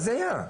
הזיה.